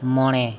ᱢᱚᱬᱮ